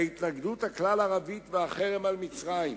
ההתנגדות הכלל-ערבית והחרם על מצרים,